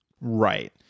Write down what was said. Right